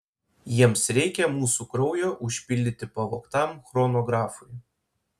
jiems reikia mūsų kraujo užpildyti pavogtam chronografui